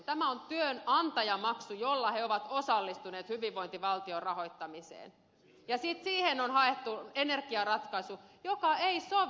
tämä on työnantajamaksu jolla he ovat osallistuneet hyvinvointivaltion rahoittamiseen ja sitten siihen on haettu energiaratkaisu joka ei sovi